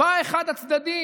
ובא אחד הצדדים